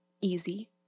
easy